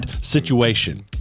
situation